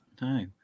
No